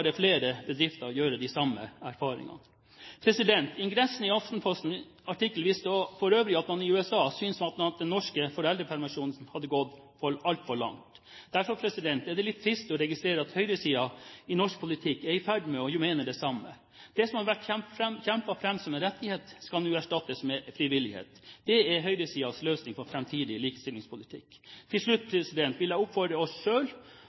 bare flere bedrifter gjøre de samme erfaringene. Ingressen i Aftenpostens artikkel viste for øvrig at man i USA synes at den norske foreldrepermisjonen har gått altfor langt. Derfor er det litt trist å registrere at høyresiden i norsk politikk er i ferd med å mene det samme. Det som har vært kjempet fram som en rettighet, skal nå erstattes med frivillighet. Det er høyresidens løsning på framtidig likestillingspolitikk. Til slutt vil jeg oppfordre oss